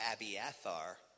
Abiathar